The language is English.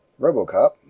RoboCop